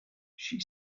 she